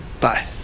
bye